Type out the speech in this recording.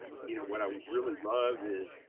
you know what i would really love is